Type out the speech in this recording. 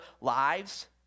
lives